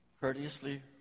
Courteously